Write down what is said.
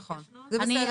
נכון, זה בסדר.